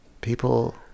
People